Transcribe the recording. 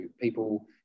people